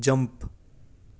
jump